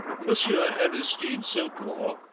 monsieur aristide saucourt,